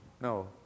no